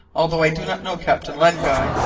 although i do not know captain len guy,